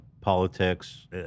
politics